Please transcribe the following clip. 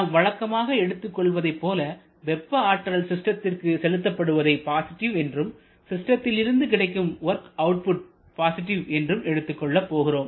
நாம் வழக்கமாக எடுத்துக் கொள்வதைப் போல வெப்ப ஆற்றல் சிஸ்டத்திற்கு செலுத்தப்படுவதை பாசிட்டிவ் என்றும் சிஸ்டத்திலிருந்து கிடைக்கும் வொர்க் அவுட்புட் பாசிட்டிவ் என்றும் எடுத்துக் கொள்ளப் போகிறோம்